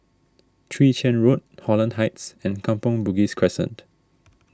Chwee Chian Road Holland Heights and Kampong Bugis Crescent